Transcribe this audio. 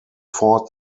ford